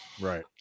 Right